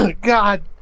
God